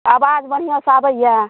आवाज बढ़िआँसे आबैए